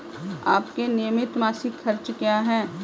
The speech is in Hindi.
आपके नियमित मासिक खर्च क्या हैं?